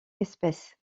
espèce